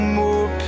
more